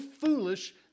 foolish